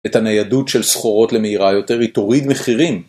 את הניידות של סחורות למהירה יותר היא תוריד מחירים